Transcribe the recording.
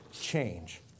change